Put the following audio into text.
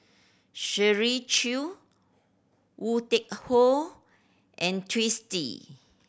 Shirley Chew Woon Tai Ho and Twisstii